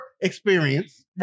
experience